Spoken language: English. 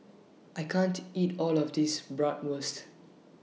I can't eat All of This Bratwurst